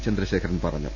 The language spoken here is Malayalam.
ചന്ദ്രശേഖരൻ പറഞ്ഞു